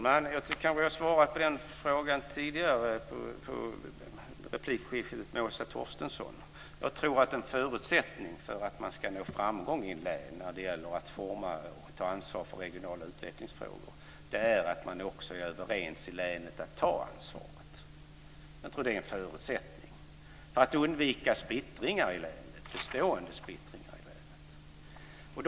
Fru talman! Jag har nog svarat på den frågan tidigare i replikskiftet med Åsa Torstensson. Jag tror att en förutsättning för att nå framgång i ett län när det gäller att forma och ta ansvar för regionala utvecklingsfrågor är att man också är överens i länet om att ta det ansvaret; detta för att undvika en bestående splittring i länet.